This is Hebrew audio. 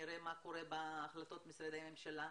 נראה מה קורה בהחלטות משרדי הממשלה,